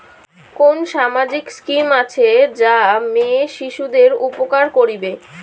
কুন সামাজিক স্কিম আছে যা মেয়ে শিশুদের উপকার করিবে?